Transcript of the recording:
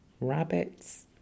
Rabbits